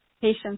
patients